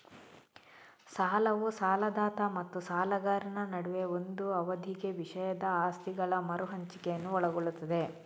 ಸಾಲವು ಸಾಲದಾತ ಮತ್ತು ಸಾಲಗಾರನ ನಡುವೆ ಒಂದು ಅವಧಿಗೆ ವಿಷಯದ ಆಸ್ತಿಗಳ ಮರು ಹಂಚಿಕೆಯನ್ನು ಒಳಗೊಳ್ಳುತ್ತದೆ